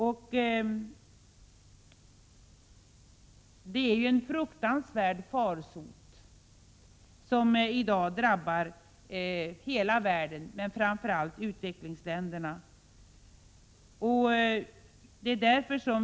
Aids är ju en fruktansvärd farsot, som i dag drabbar hela världen men framför allt utvecklingsländerna.